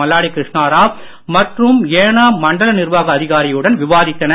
மல்லாடி கிருஷ்ணராவ் மற்றும் ஏனாம் மண்டல நிர்வாக அதிகாரியுடன் விவாதித்தனர்